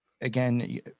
again